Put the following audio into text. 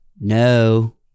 no